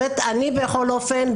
אני בכל אופן,